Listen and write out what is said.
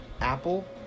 apple